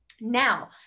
Now